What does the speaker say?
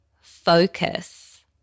focus